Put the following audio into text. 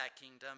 kingdom